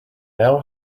now